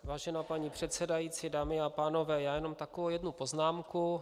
Vážená paní předsedající, dámy a pánové, jenom takovou jednu poznámku.